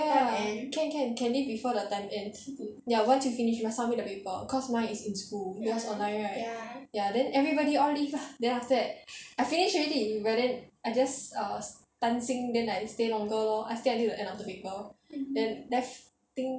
ya can can can leave before the time ends ya once you finish you must submit the paper cause mine is in school yours is online right ya then everybody all leave ah then after that I finished already but then I just err dancing then I stayed longer lor I stayed until the end of the paper then left think